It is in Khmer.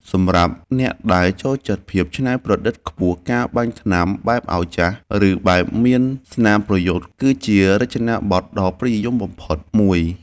សម្រាប់អ្នកដែលចូលចិត្តភាពច្នៃប្រឌិតខ្ពស់ការបាញ់ថ្នាំបែបឱ្យចាស់ ឬបែបមានស្នាមប្រយុទ្ធគឺជារចនាបថដ៏ពេញនិយមបំផុតមួយ។